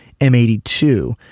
M82